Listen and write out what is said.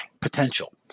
potential